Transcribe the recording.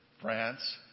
France